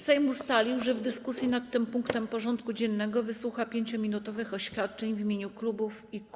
Sejm ustalił, że w dyskusji nad tym punktem porządku dziennego wysłucha 5-minutowych oświadczeń w imieniu klubów i kół.